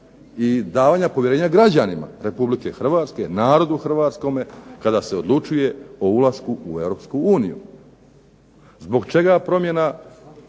i davanja povjerenja građanima Republike Hrvatske, narodu hrvatskome kada se odlučuje o ulasku u Europsku uniju. Zbog čega promjena